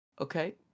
Okay